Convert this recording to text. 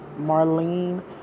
marlene